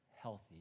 healthy